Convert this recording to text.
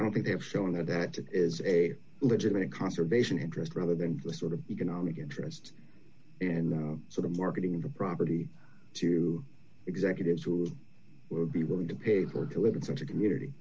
i don't think they've shown that that is a legitimate conservation interest rather than the sort of economic interest in the sort of marketing in the property to executives who would be willing to pay for to live in such a community